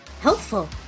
Helpful